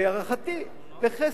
להערכתי, לחסד.